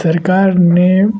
सरकार ने